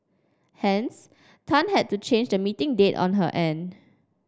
hence Tan had to change the meeting date on her end